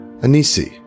Anisi